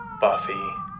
Buffy